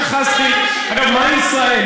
מהי ישראל?